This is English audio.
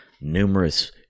numerous